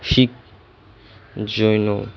Sikh Jain